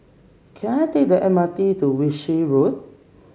can I take the M R T to Wiltshire Road